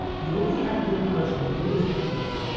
yoga, you have to do in person and yoga is everywhere